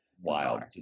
Wild